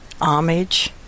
homage